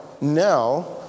now